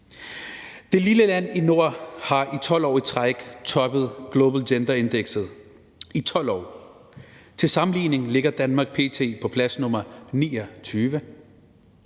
Det lille land i nord har i 12 år i træk toppet Global Gender Gap Index – i 12 år! Til sammenligning ligger Danmark p.t. på plads nr. 29